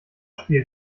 spielt